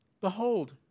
Behold